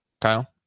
Kyle